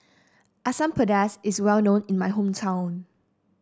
Asam Pedas is well known in my hometown